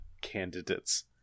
candidates